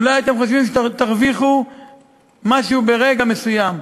אולי אתם חושבים שאתם תרוויחו משהו ברגע מסוים,